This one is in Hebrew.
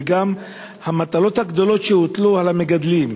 וגם את המטלות הגדולות שהוטלו על המגדלים,